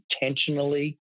intentionally